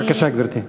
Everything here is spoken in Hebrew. בבקשה, גברתי.